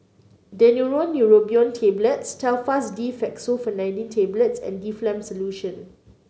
Daneuron Neurobion Tablets Telfast D Fexofenadine Tablets and Difflam Solution